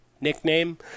Nickname